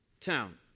town